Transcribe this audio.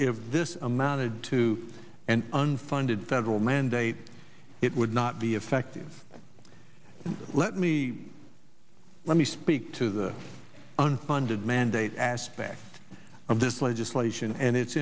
if this amounted to an unfunded federal mandate it would not be effective let me let me speak to the unfunded mandate aspect of this legislation and it's